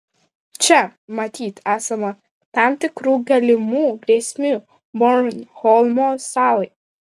čia matyt esama tam tikrų galimų grėsmių bornholmo salai